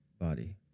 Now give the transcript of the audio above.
body